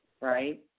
Right